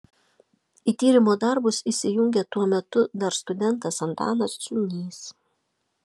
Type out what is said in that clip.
į tyrimo darbus įsijungė tuo metu dar studentas antanas ciūnys